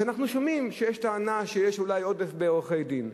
כשאנחנו שומעים שיש טענה שיש אולי עודף עורכי-דין.